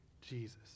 Jesus